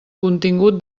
contingut